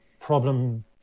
problem